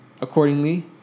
Accordingly